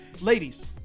Ladies